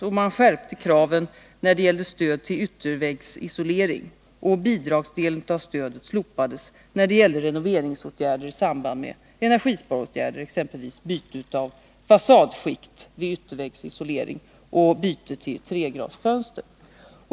Vidare skärptes kraven när det gäller stöd till ytterväggsisolering. Bidragsdelen av stödet slopades när det gäller renoveringsåtgärder i samband med energisparåtgärder, exempelvis byte av fasadskikt vid ytterväggsisolering och byte till treglasfönster.